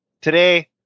today